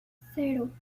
cero